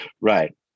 Right